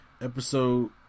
episode